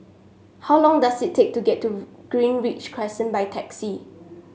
how long does it take to get to Greenridge Crescent by taxi